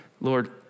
Lord